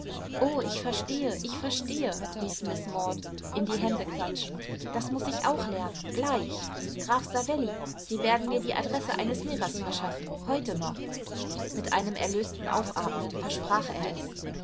oh ich verstehe ich verstehe rief miß maud in die hände klatschend das muß ich auch lernen gleich graf savelli sie werden mir die adresse eines lehrers verschaffen heute noch mit einem erlösten aufatmen versprach er es